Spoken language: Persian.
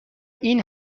این